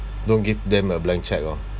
don't give them a blank check oh